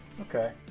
Okay